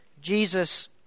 Jesus